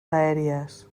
aèries